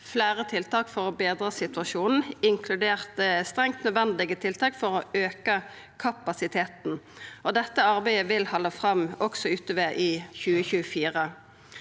fleire tiltak for å betre situasjonen, inkludert strengt nødvendige tiltak for å auka kapasiteten. Dette arbeidet vil halda fram også utover i 2024.